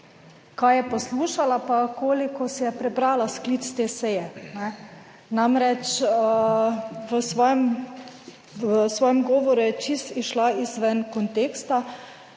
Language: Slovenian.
kaj je poslušala, pa koliko si je prebrala sklic te seje. Namreč, v svojem, v svojem govoru je čisto izšla izven konteksta.